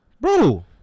Bro